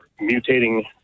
mutating